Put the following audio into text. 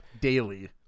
Daily